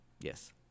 Yes